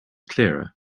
clearer